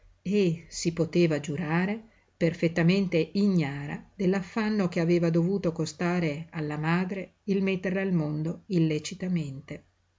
e si poteva giurare perfettamente ignara dell'affanno che aveva dovuto costare alla madre il metterla al mondo illecitamente